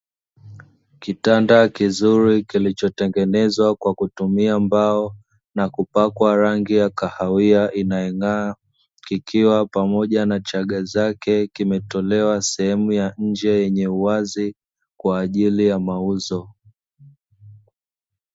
Kitanda kizuri kilicho tengenezwa kwa kutumia mbao na kupakwa rangi ya kahawia inayong'aa, kikiwa pamoja na chaga zake kimetolewa sehemu ya nje yenye uwazi kwa ajili ya mauzo.